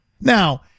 Now